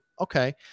Okay